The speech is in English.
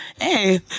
Hey